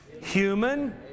human